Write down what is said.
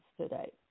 today